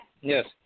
Yes